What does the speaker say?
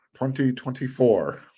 2024